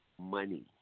money